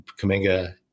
Kaminga